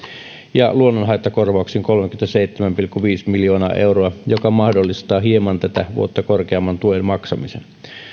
ja luonnonhaittakorvauksiin kolmekymmentäseitsemän pilkku viisi miljoonaa euroa mikä mahdollistaa hieman tätä vuotta korkeamman tuen maksamisen